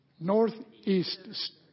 northeast